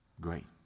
great